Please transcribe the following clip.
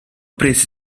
prese